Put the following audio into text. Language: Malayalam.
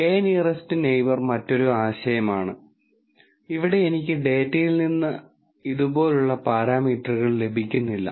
K നിയറെസ്റ് നെയിബർ മറ്റൊരു ആശയമാണ് ഇവിടെ എനിക്ക് ഡാറ്റയിൽ നിന്ന് ഇതുപോലുള്ള പാരാമീറ്ററുകൾ ലഭിക്കുന്നില്ല